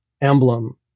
emblem